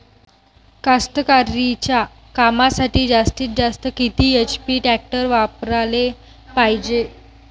कास्तकारीच्या कामासाठी जास्तीत जास्त किती एच.पी टॅक्टर वापराले पायजे?